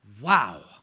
Wow